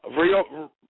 Real